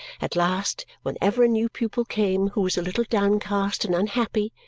at last, whenever a new pupil came who was a little downcast and unhappy,